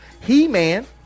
He-Man